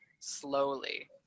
slowly